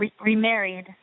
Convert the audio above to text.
remarried